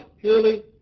purely